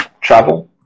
travel